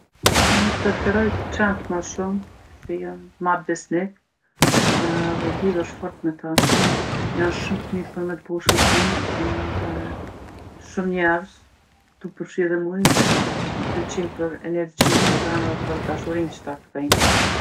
Unë i preferoj qentë ma shumë se jon ma besnik edhe lidhesh fort me ta. Janë shumë t'mirë për me t'bo shoqni edhe shumë nerjz, tu m'perfshi edhe mu, i pëqlejnë për energjinë që e kanë edhe për dashurinë që ta kthejnë.